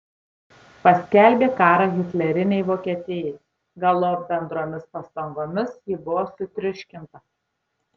paskelbė karą hitlerinei vokietijai galop bendromis pastangomis ji buvo sutriuškinta